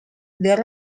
there